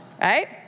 right